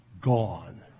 gone